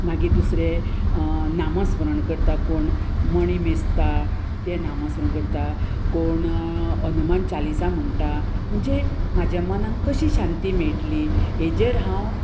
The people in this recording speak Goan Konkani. मागीर दुसरें नामस्मरण करता कोण मणी मेजता तें नामस्मरण करता कोण हनुमान चालीसा म्हणटा म्हणजे म्हाज्या मनाक कशी शांती मेळटली हेजेर हांव